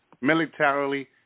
militarily